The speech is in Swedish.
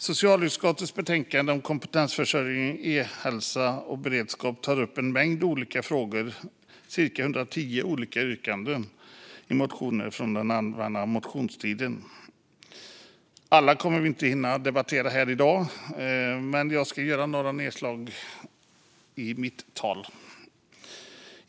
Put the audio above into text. Socialutskottets betänkande om kompetensförsörjning, ehälsa och beredskap tar upp en mängd olika frågor, cirka 110 olika yrkanden, i motioner från den allmänna motionstiden. Alla kommer vi inte att hinna debattera här i dag, men jag ska göra några nedslag i mitt tal.